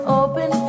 open